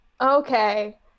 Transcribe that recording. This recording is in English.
Okay